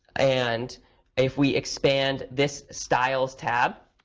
and if we expand this styles tab,